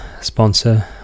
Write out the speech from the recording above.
Sponsor